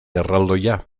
erraldoia